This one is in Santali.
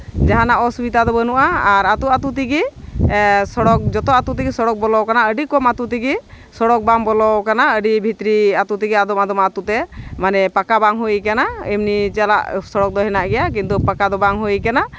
ᱡᱟᱦᱟᱱᱟᱜ ᱚᱥᱩᱵᱤᱫᱷᱟ ᱫᱚ ᱵᱟᱹᱱᱩᱜᱼᱟ ᱟᱨ ᱟᱛᱳ ᱟᱛᱳ ᱛᱮᱜᱮ ᱥᱚᱲᱚᱠ ᱡᱚᱛᱚ ᱟᱛᱳ ᱛᱮᱜᱮ ᱥᱚᱲᱚᱠ ᱵᱚᱞᱚ ᱠᱟᱱᱟ ᱟᱹᱰᱤ ᱠᱚᱢ ᱟᱛᱳ ᱛᱮᱜᱮ ᱥᱚᱲᱚᱠ ᱵᱟᱝ ᱵᱚᱞᱚᱣ ᱠᱟᱱᱟ ᱟᱹᱰᱤ ᱵᱷᱤᱛᱨᱤ ᱟᱛᱳ ᱛᱮ ᱟᱫᱚᱢ ᱟᱫᱚᱢ ᱟᱛᱳ ᱛᱮ ᱢᱟᱱᱮ ᱯᱟᱠᱟ ᱵᱟᱝ ᱦᱩᱭ ᱠᱟᱱᱟ ᱮᱢᱱᱤ ᱪᱟᱞᱟᱜ ᱥᱚᱲᱚᱠ ᱫᱚ ᱦᱮᱱᱟᱜ ᱜᱮᱭᱟ ᱠᱤᱱᱛᱩ ᱯᱟᱠᱟ ᱫᱚ ᱵᱟᱝ ᱦᱩᱭ ᱠᱟᱱᱟ